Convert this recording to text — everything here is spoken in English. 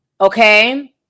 Okay